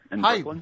Hi